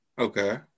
Okay